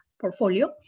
portfolio